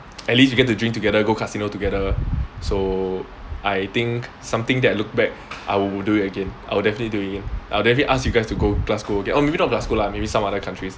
at least we get to drink together go casino together so I think something that I look back I would do it again I'll definitely do it again I'll definitely ask you guys to go glasgow again or maybe not glasgow lah maybe some other countries